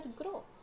grow